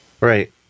right